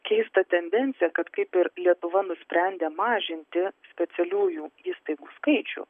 keistą tendenciją kad kaip ir lietuva nusprendė mažinti specialiųjų įstaigų skaičių